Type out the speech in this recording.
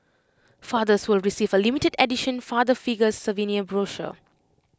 fathers will receive A limited edition father figures souvenir brochure